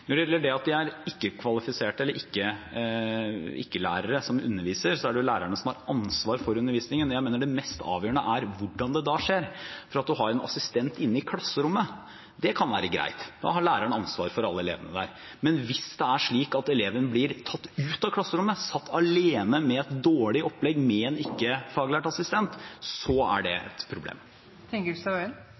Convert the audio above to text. Når det gjelder at det ikke er kvalifiserte lærere som underviser, er det lærerne som har ansvaret for undervisningen. Jeg mener det mest avgjørende er hvordan det da skjer. For å ha en assistent inne i klasserommet, det kan være greit, da har læreren ansvaret for alle elevene, men hvis det er slik at eleven blir tatt ut av klasserommet og satt alene med et dårlig opplegg med en ikke-faglært assistent, er det et